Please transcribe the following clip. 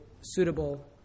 suitable